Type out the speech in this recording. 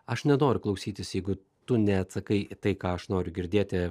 aš nenoriu klausytis jeigu tu neatsakai į tai ką aš noriu girdėti